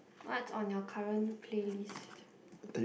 what's on your current playlist